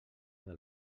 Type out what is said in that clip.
del